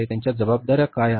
त्यांच्या जबाबदाऱ्या काय आहेत